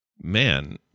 man